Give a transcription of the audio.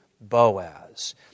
Boaz